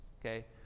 Okay